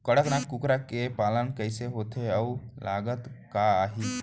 कड़कनाथ कुकरा के पालन कइसे होथे अऊ लागत का आही?